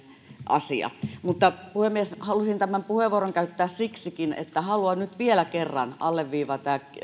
asia mutta puhemies halusin tämän puheenvuoron käyttää siksikin että haluan nyt vielä kerran alleviivata ja